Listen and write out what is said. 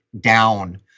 down